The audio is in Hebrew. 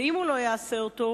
ואם הוא לא יעשה אותו,